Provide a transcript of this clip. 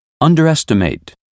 underestimate